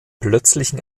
plötzlichen